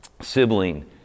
sibling